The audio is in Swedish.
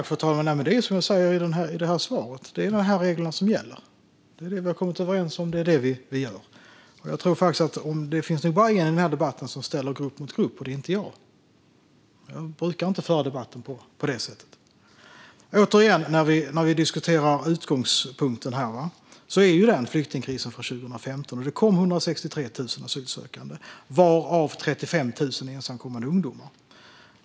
Fru talman! Som jag sa i interpellationssvaret är det de här reglerna som gäller. Det är detta vi har kommit överens om, och det är det vi gör. Det är bara en deltagare i den här debatten som ställer grupp mot grupp, och det är inte jag. Jag brukar inte föra debatt på det sättet. Utgångspunkten är flyktingkrisen 2015 när det kom 163 000 asylsökande, varav 35 000 ensamkommande ungdomar.